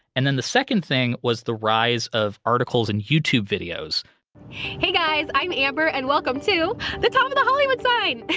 and then the second thing was the rise of articles and youtube videos hey guys, i'm amber and welcome to the top of the hollywood sign.